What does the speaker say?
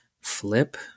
flip